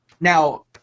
Now